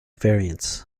variants